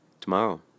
Tomorrow